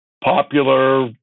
popular